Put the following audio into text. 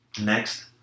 Next